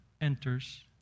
enters